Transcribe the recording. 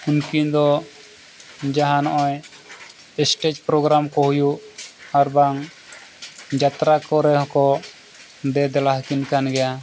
ᱩᱱᱠᱤᱱ ᱫᱚ ᱡᱟᱦᱟᱸ ᱱᱚᱜᱼᱚᱭ ᱥᱴᱮᱡᱽ ᱯᱨᱳᱜᱨᱟᱢ ᱠᱚ ᱦᱩᱭᱩᱜ ᱟᱨᱵᱟᱝ ᱡᱟᱛᱨᱟ ᱠᱚᱨᱮ ᱦᱚᱸᱠᱚ ᱫᱮ ᱫᱮᱞᱟ ᱟᱹᱠᱤᱱ ᱠᱟᱱ ᱜᱮᱭᱟ